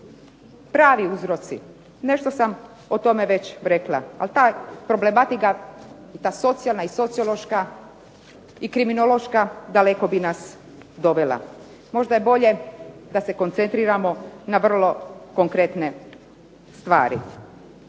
pravi uzroci? Nešto sam o tome već rekla, ali ta problematika, ta socijalna i sociološka i kriminološka daleko bi nas dovela. Možda je bolje da se koncentriramo na vrlo konkretne stvari.